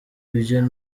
ibyo